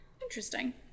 interesting